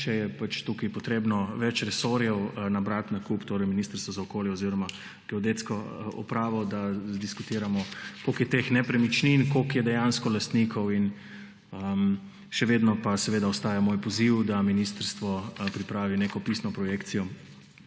je pač tukaj potrebno več resorjev nabrati na kup, torej Ministrstvo za okolje oziroma Geodetsko upravo, da diskutiramo, koliko je teh nepremičnin, koliko je dejansko lastnikov. Še vedno pa seveda ostaja moj poziv, da ministrstvo pripravi neko pisno projekcijo,